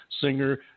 singer